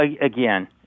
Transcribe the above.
again